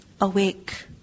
awake